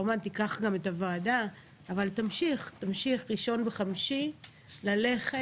כמובן שתיקח את הוועדה אבל תמשיך בראשון וחמישי ללכת